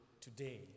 today